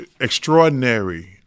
extraordinary